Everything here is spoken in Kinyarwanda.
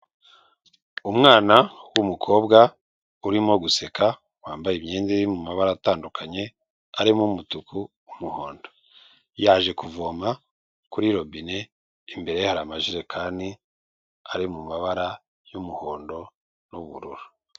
Umwana w'umukobwa urimo guseka wambaye imyenda iri mu mabara atandukanye harimo umutuku n'umuhondo yaje kuvoma kuri robine imbereye hari amajerekani ari mu mabara y'umuhondo n'ubururu.